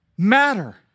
matter